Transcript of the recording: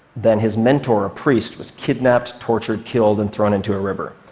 then his mentor, a priest, was kidnapped, tortured, killed and thrown into a river.